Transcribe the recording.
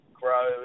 grow